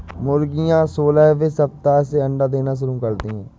मुर्गियां सोलहवें सप्ताह से अंडे देना शुरू करती है